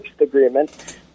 agreement